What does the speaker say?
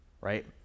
Right